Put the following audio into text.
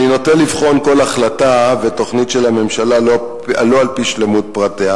אני נוטה לבחון כל החלטה ותוכנית של הממשלה לא על-פי שלמות פרטיה.